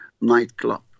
nightclub